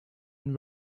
and